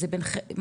זה פרטי?